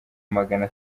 magana